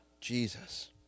Jesus